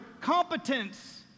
competence